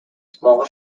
small